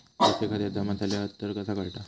पैसे खात्यात जमा झाले तर कसा कळता?